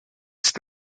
cette